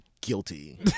guilty